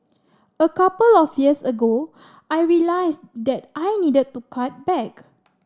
a couple of years ago I realised that I needed to cut back